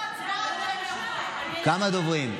כמה דוברים?